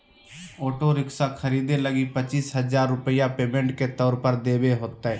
auto rickshaw खरीदे लगी पचीस हजार रूपया पेमेंट के तौर पर देवे होतय